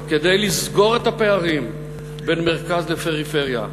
כדי לסגור את הפערים בין המרכז לפריפריה,